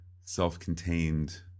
self-contained